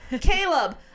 Caleb